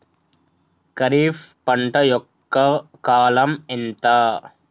ఖరీఫ్ పంట యొక్క కాలం ఎంత?